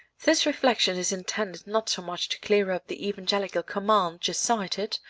this reflection is intended not so much to clear up the evangelical command just cited,